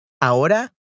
Ahora